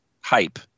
hype